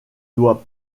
doit